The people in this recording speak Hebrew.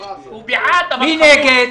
מי נגד,